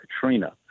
Katrina